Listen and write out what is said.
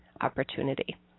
opportunity